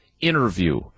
interview